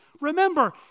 Remember